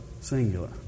singular